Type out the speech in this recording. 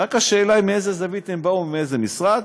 ורק השאלה היא מאיזו זווית הם באו ומאיזה משרד,